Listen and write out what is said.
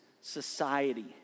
society